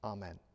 Amen